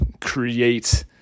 create